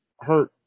hurt